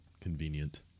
convenient